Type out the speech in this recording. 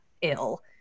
ill